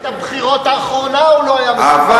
במערכת הבחירות האחרונה הוא לא היה מסוגל, אבל,